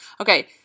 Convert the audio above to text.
Okay